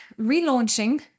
relaunching